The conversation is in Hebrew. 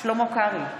שלמה קרעי,